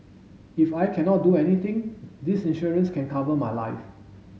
if I cannot do anything this insurance can cover my life